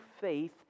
faith